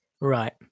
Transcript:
Right